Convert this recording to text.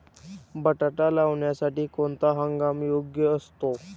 बटाटा लावण्यासाठी कोणता हंगाम योग्य असतो?